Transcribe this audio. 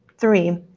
three